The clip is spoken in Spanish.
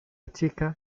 chica